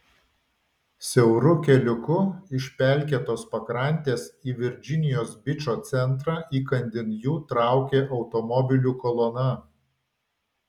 siauru keliuku iš pelkėtos pakrantės į virdžinijos bičo centrą įkandin jų traukė automobilių kolona